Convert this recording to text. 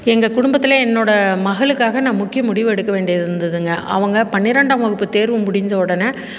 எங்கள் குடும்பத்தில் என்னோடய மகளுக்காக நான் முக்கிய முடிவு எடுக்க வேண்டியது இருந்ததுங்க அவங்க பன்னிரெண்டாம் வகுப்பு தேர்வு முடிஞ்சவுடன்